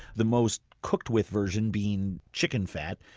the most cooked-with version being chicken fat.